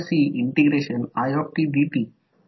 तर म्हणूनच ते चिन्ह आहे या प्रकारे सहज लक्षात ठेवता येईल